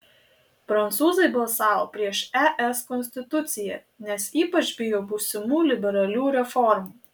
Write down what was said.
prancūzai balsavo prieš es konstituciją nes ypač bijo būsimų liberalių reformų